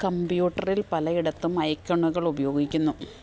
കമ്പ്യൂട്ടറിൽ പലയിടത്തും ഐക്കണുകൾ ഉപയോഗിക്കുന്നു